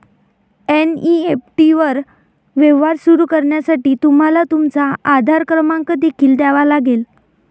NEFT वर व्यवहार सुरू करण्यासाठी तुम्हाला तुमचा आधार क्रमांक देखील द्यावा लागेल